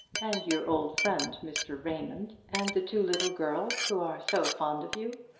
and your old friend mr. raymond, and the two little girls who are so fond of you?